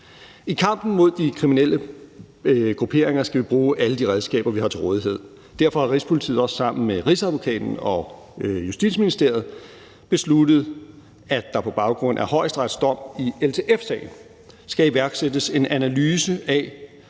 I kampen mod de kriminelle grupperinger skal vi bruge alle de redskaber, vi har til rådighed. Derfor har Rigspolitiet også sammen med Rigsadvokaten og Justitsministeriet besluttet, at der på baggrund af Højesterets dom i LTF-sagen skal iværksættes en analyse af,